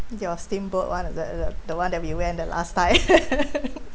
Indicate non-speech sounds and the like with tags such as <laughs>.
your steamboat [one] it's that it's that the one that we went the last time <laughs>